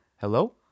Hello